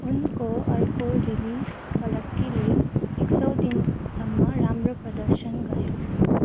उनको अर्को रिलिज पल्लक्कीले एक सौ दिनसम्म राम्रो प्रदर्शन गऱ्यो